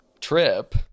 trip